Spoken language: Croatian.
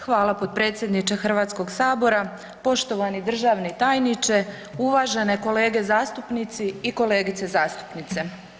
Hvala, potpredsjedniče Hrvatskog sabora, poštovani državni tajniče, uvažene kolege zastupnici i kolegice zastupnice.